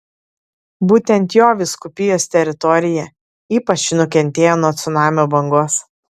būtent jo vyskupijos teritorija ypač nukentėjo nuo cunamio bangos